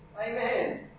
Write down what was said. Amen